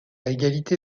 égalité